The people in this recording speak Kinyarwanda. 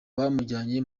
bamujyanye